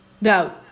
no